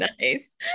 Nice